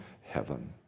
heaven